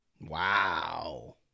Wow